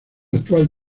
actual